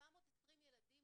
780 ילדים